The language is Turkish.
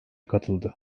katıldı